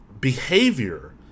behavior